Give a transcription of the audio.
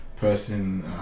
person